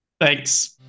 Thanks